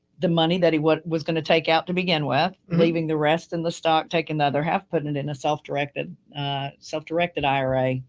the money that he was was going to take out to begin with leaving the rest and the stock taking the other half, putting it in a self-directed self-directed ira,